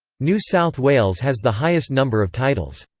new south wales has the highest number of titles.